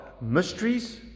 mysteries